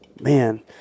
Man